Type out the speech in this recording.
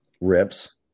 rips